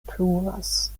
pluvas